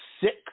six